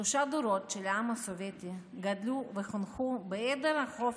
שלושה דורות של העם הסובייטי גדלו וחונכו בהיעדר החופש,